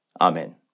Amen